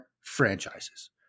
franchises